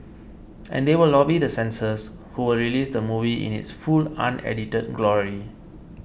and they will lobby the censors who will release the movie in its full unedited glory